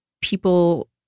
people